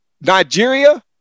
Nigeria